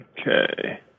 Okay